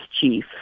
chief